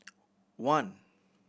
one